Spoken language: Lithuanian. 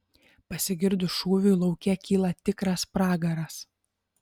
pasigirdus šūviui lauke kyla tikras pragaras